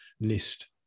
list